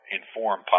inform